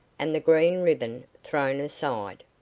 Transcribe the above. and the green ribbon thrown aside.